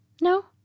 No